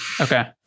Okay